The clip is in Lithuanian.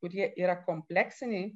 kurie yra kompleksiniai